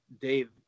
Dave